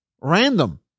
random